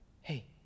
Hey